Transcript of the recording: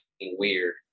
weird